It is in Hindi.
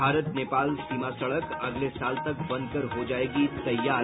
भारत नेपाल सीमा सड़क अगले साल तक बनकर हो जायेगी तैयार